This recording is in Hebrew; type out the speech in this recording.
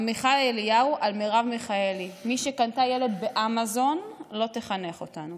עמיחי אליהו על מרב מיכאלי: "מי שקנתה ילד באמזון לא תחנך אותנו".